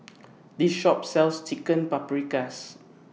This Shop sells Chicken Paprikas